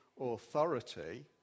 authority